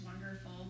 wonderful